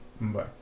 bye